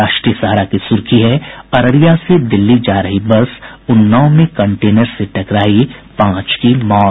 राष्ट्रीय सहारा की सुर्खी है अररिया से दिल्ली जा रही बस उन्नाव में कंटेनर से टकराई पांच की मौत